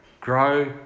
Grow